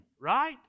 right